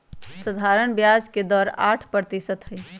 सधारण ब्याज के दर आठ परतिशत हई